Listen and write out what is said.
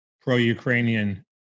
pro-Ukrainian